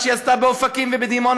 מה שהיא עשתה באופקים ובדימונה,